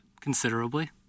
Considerably